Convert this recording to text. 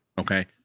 Okay